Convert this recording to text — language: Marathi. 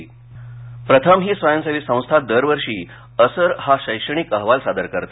असर अहवाल प्रथम ही स्वयंसेवी संस्था दरवर्षी असर हा शैक्षणिक अहवाल सादर करते